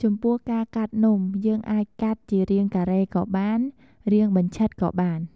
ចំពោះការកាត់នំ យើងអាចកាត់ជារាងការេក៏បាន រាងបញ្ឆិតក៏បាន។